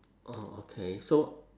orh okay so